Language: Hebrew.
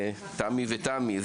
תמי ותמי,